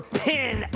pin